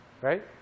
Right